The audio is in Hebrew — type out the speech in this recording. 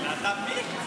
להט"ב,